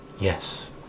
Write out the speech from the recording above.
yes